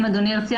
אם אדוני ירצה,